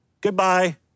goodbye